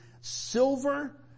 silver